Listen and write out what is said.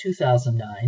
2009